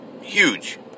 Huge